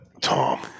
Tom